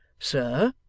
sir!